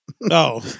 No